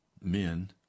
men